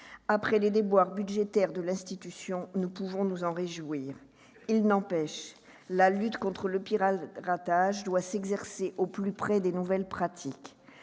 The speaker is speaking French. Après les déboires budgétaires de l'institution, nous pouvons nous en réjouir. Il n'empêche, la lutte contre le piratage doit s'exercer au plus près des nouvelles pratiques.